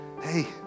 hey